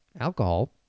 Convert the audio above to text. alcohol